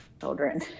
children